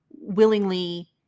willingly